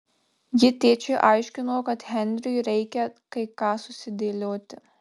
ji tėčiui aiškino kad henriui reikia kai ką susidėlioti